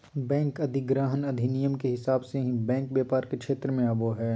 bank अधिग्रहण अधिनियम के हिसाब से ही बैंक व्यापार के क्षेत्र मे आवो हय